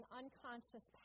unconscious